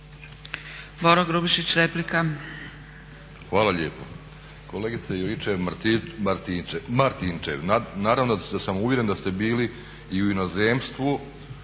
**Grubišić, Boro (HDSSB)** Hvala lijepo. Kolegice Juričev-Martinčev naravno da sam uvjeren da ste bili i u inozemstvu